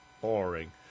boring